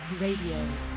Radio